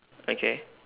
okay